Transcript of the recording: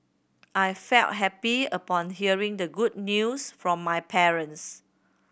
I felt happy upon hearing the good news from my parents